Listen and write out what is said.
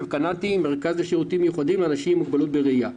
מרכז לשירותים מיוחדים לאנשים עם מוגבלות בראייה.